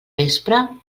vespre